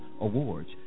Awards